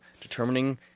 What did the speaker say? determining